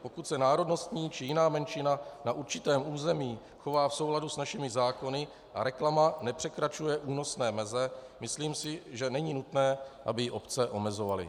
Pokud se národnostní či jiná menšina na určitém území chová v souladu s našimi zákony a reklama nepřekračuje únosné meze, myslím si, že není nutné, aby ji obce omezovaly.